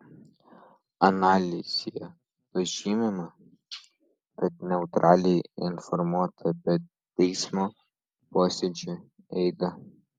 analizėje pažymima kad neutraliai informuota apie teismo posėdžių eigą